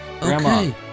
Grandma